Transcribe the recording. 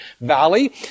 valley